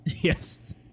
Yes